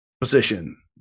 Position